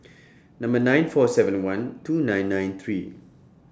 Number nine four seven and one two nine nine three